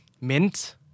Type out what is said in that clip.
Mint